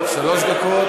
לא, שלוש דקות.